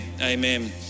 Amen